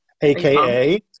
AKA